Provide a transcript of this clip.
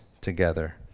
together